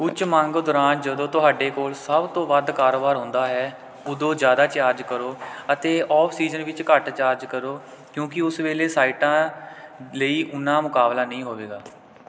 ਉੱਚ ਮੰਗ ਦੌਰਾਨ ਜਦੋਂ ਤੁਹਾਡੇ ਕੋਲ ਸਭ ਤੋਂ ਵੱਧ ਕਾਰੋਬਾਰ ਹੁੰਦਾ ਹੈ ਉਦੋਂ ਜ਼ਿਆਦਾ ਚਾਰਜ ਕਰੋ ਅਤੇ ਓਫ ਸੀਜ਼ਨ ਵਿੱਚ ਘੱਟ ਚਾਰਜ ਕਰੋ ਕਿਉਂਕਿ ਉਸ ਵੇਲੇ ਸਾਈਟਾਂ ਲਈ ਓਨਾ ਮੁਕਾਬਲਾ ਨਹੀਂ ਹੋਵੇਗਾ